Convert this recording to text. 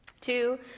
Two